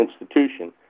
institution